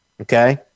okay